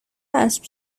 اسب